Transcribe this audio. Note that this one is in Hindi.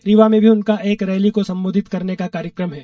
रीवा में भी उनका एक रैली को संबोधित करने का कार्यक्रम है